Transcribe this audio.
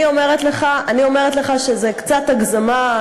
אני אומרת לך שזה קצת הגזמה,